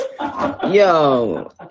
Yo